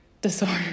disorder